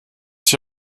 sich